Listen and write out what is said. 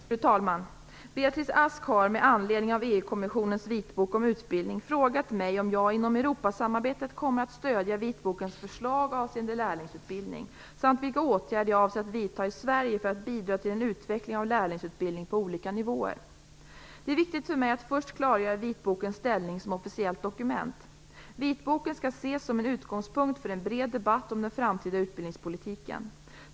Fru talman! Beatrice Ask har, med anledning av EU-kommissionens vitbok om utbildning, frågat mig om jag inom Europasamarbetet kommer att stödja vitbokens förslag avseende lärlingsutbildning, samt vilka åtgärder jag avser att vidta i Sverige för att bidra till en utveckling av lärlingsutbildning på olika nivåer. Det är viktigt för mig att först klargöra vitbokens ställning som officiellt dokument. Vitboken skall ses som en utgångspunkt för en bred debatt om den framtida utbildningspolitiken.